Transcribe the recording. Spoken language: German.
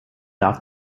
darf